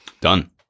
Done